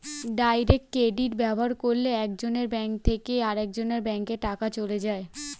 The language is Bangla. ডাইরেক্ট ক্রেডিট ব্যবহার করলে একজনের ব্যাঙ্ক থেকে আরেকজনের ব্যাঙ্কে টাকা চলে যায়